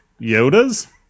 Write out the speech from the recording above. Yodas